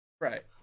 Right